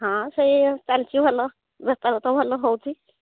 ହଁ ସେୟା ଚାଲିଛି ଭଲ ବେପାର ତ ଭଲ ହେଉଛି